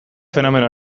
fenomeno